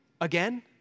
again